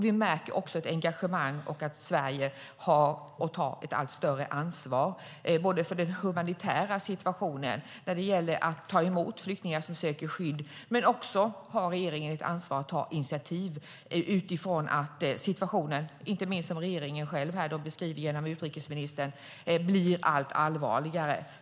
Vi märker också ett engagemang och att Sverige har och tar ett allt större ansvar, både för den humanitära situationen när det gäller att ta emot flyktingar som söker skydd och genom att regeringen har ett ansvar att ta initiativ utifrån att situationen, inte minst som regeringen själv beskriver det genom utrikesministern, blir allt allvarligare.